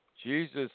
Jesus